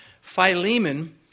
Philemon